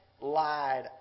lied